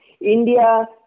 India